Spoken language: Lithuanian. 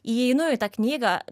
įeinu į tą knygą